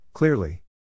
Clearly